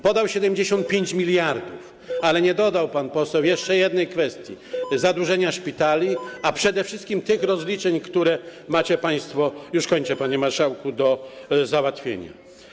Podał 75 mld, ale nie dodał pan poseł jeszcze jednej kwestii: zadłużenia szpitali, a przede wszystkim tych rozliczeń, które macie państwo - już kończę, panie marszałku - do załatwienia.